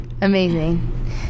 Amazing